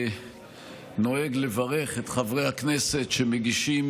אני נוהג לברך את חברי הכנסת שמגישים